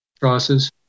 crosses